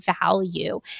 value